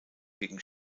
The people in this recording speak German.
gegen